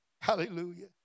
Hallelujah